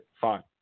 Fine